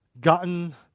gotten